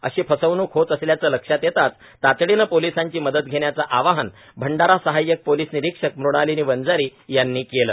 अशी फसवणुक होत असल्याचे लक्षात येताच तातडीने पोलीसांची मदत घेण्याचे आवाहन भंडारा सहाय्यक पोलीस निरिक्षक मुणालिनी वंजारी यांनी केले